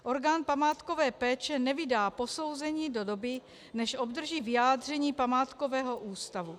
Orgán památkové péče nevydá posouzení do doby, než obdrží vyjádření Památkového ústavu.